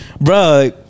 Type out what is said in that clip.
bro